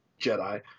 Jedi